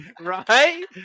right